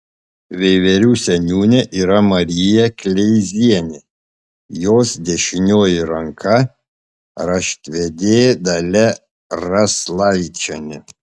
veiverių seniūnė yra marija kleizienė jos dešinioji ranka raštvedė dalia raslavičienė